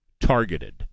targeted